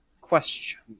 question